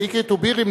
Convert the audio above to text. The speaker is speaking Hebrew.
באקרית ובירעם,